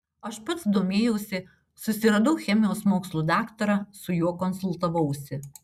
aš pats domėjausi susiradau chemijos mokslų daktarą su juo konsultavausi